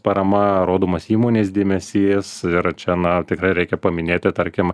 parama rodomas įmonės dėmesys ir čia na tikrai reikia paminėti tarkim